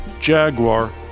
Jaguar